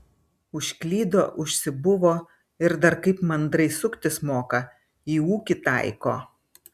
užklydo užsibuvo ir dar kaip mandrai suktis moka į ūkį taiko